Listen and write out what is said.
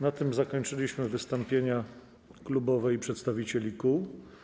Na tym zakończyliśmy wystąpienia klubowe i przedstawicieli kół.